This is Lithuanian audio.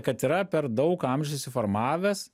kad yra per daug amžių susiformavęs